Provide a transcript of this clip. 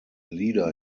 leader